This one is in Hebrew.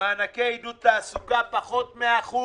מענקי עידוד לתעסוקה פחות מאחוז,